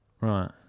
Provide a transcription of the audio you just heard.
right